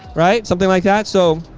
right. something like that. so.